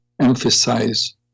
emphasize